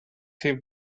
him